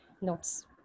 notes